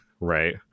right